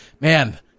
man